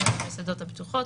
המסעדות הפתוחות